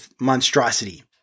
monstrosity